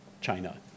China